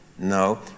No